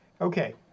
Okay